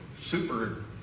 super